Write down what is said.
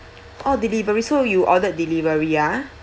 oh delivery so you ordered delivery ah